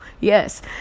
Yes